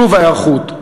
שוב ההיערכות,